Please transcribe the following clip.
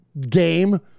game